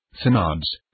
synods